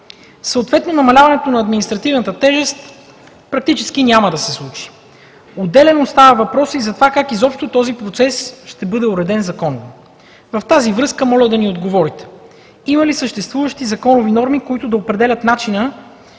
Съответно намаляването на административната тежест практически няма да се случи. Отделен остава въпросът и за това как изобщо този процес ще бъде уреден законно. В тази връзка моля да ни отговорите: има ли съществуващи законови норми, които да определят начина,